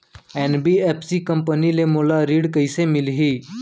NBFC company ले मोला ऋण कइसे मिलही?